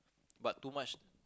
but too much